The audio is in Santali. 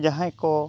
ᱡᱟᱦᱟᱸᱭ ᱠᱚ